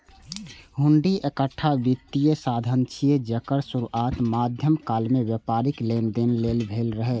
हुंडी एकटा वित्तीय साधन छियै, जेकर शुरुआत मध्यकाल मे व्यापारिक लेनदेन लेल भेल रहै